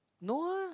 no ah